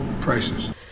prices